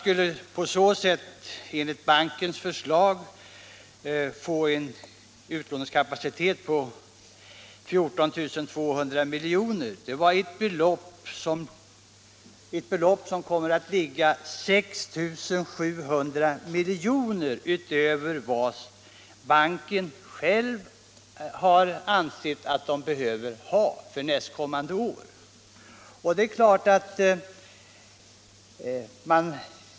Enligt bankens förslag skulle man på så sätt få en utlåningskapacitet på 14 200 milj.kr., dvs. ett belopp som ligger 6 700 miljoner över vad banken själv ansett sig behöva för nästkommande år.